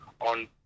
on